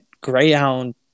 Greyhound